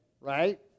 right